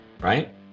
Right